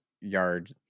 yard